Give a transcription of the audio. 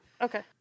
Okay